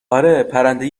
اره، پرنده